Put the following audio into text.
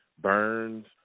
burns